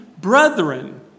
brethren